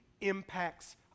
impacts